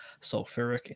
sulfuric